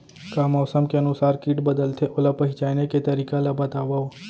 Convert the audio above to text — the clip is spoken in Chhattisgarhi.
का मौसम के अनुसार किट बदलथे, ओला पहिचाने के तरीका ला बतावव?